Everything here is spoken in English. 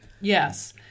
Yes